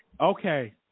Okay